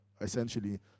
essentially